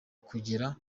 kugera